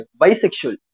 bisexual